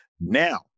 Now